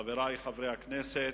חברי חברי הכנסת,